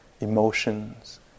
emotions